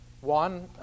one